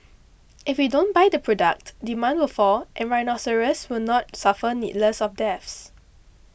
if we don't buy the product demand will fall and rhinoceroses will not suffer needless deaths